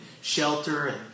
shelter